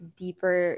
deeper